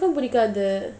இருக்காது:irukathu